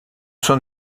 schon